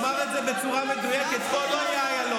אמר את זה בצורה מדויקת: פה לא יהיה איילון.